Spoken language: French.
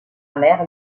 mère